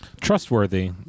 trustworthy